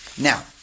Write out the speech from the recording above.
Now